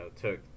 took